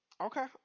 Okay